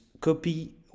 copy